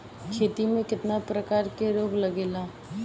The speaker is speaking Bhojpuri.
खेती में कितना प्रकार के रोग लगेला?